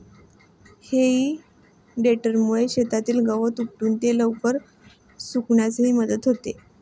हेई टेडरमुळे शेतातील गवत उपटून ते लवकर सुकण्यासही मदत होते